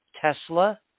Tesla